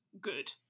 good